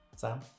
Sam